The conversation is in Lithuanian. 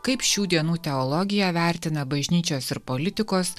kaip šių dienų teologija vertina bažnyčios ir politikos